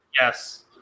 yes